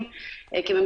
כבר היו בבידוד.